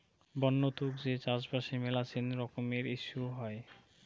বন্য তুক যে চাষবাসে মেলাছেন রকমের ইস্যু হই